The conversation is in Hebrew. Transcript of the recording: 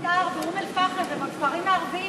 תוכניות מיתאר באום-אל-פחם ובכפרים הערביים,